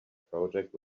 project